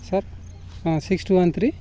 sir ହଁ six two one three